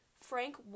Frank